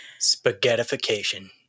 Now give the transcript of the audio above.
Spaghettification